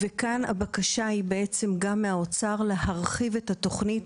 כאן הבקשה מהאוצר היא להרחיב את התוכנית,